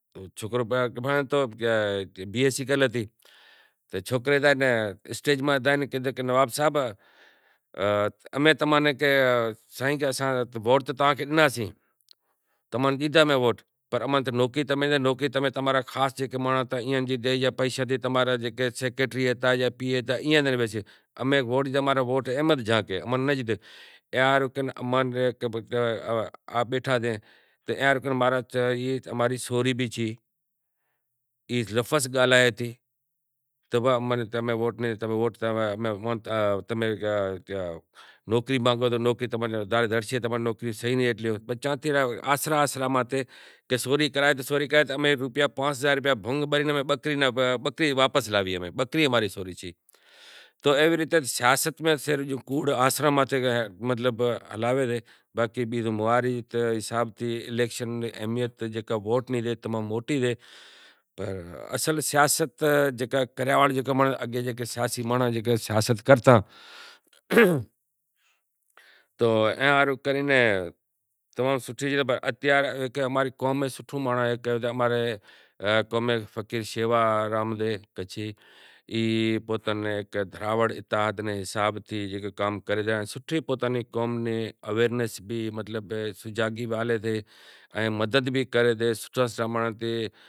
سوکرو تو بی ایس سی کرل ہتی تو سوکرو زائے اسٹیج ماتھے کہے نواب صاحب امیں تماں نیں کہے سائیں اساں تہ ووٹ تہ توہاں کھے ڈنا سیں پر اماں ناں نوکری تاں ناں زڑی نوکری تو تمارے مانڑاں نی ڈنی۔ اماں ری قوم میں سوٹھو مانڑو فقیر شیوا رام کچھی ای دراوڑ اتحاد نے نام ماتھے کام کری ریا ای مانڑاں نی سوٹھی مدد بھی کری ریو۔